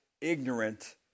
ignorant